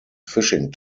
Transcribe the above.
fishing